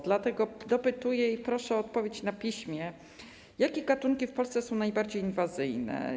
Dlatego dopytuję i proszę o odpowiedź na piśmie: Jakie gatunki w Polsce są najbardziej inwazyjne?